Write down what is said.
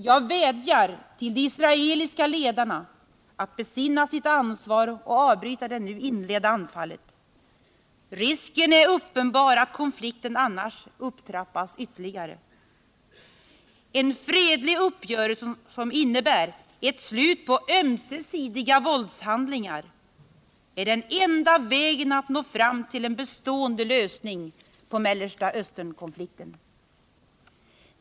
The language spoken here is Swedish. Jag vädjar till de israeliska ledarna att besinna sitt ansvar och avbryta det nu inledda anfallet. Risken är uppenbar att konflikten annars upptrappas ytterligare. En fredlig uppgörelse som innebär ett slut på ömsesidiga våldshandlingar är den enda vägen att nå fram till en bestående lösning av Mellersta Östern-konflikten.